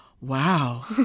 Wow